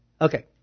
Okay